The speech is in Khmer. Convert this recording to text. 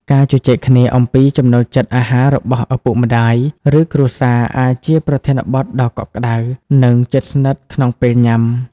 ការជជែកគ្នាអំពីចំណូលចិត្តអាហាររបស់ឪពុកម្ដាយ ឬគ្រួសារ អាចជាប្រធានបទដ៏កក់ក្ដៅ និងជិតស្និទ្ធក្នុងពេលញ៉ាំ។